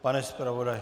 Pane zpravodaji...